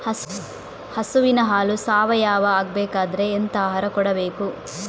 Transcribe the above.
ಹಸುವಿನ ಹಾಲು ಸಾವಯಾವ ಆಗ್ಬೇಕಾದ್ರೆ ಎಂತ ಆಹಾರ ಕೊಡಬೇಕು?